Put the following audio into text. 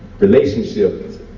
relationships